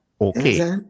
Okay